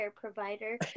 provider